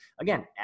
again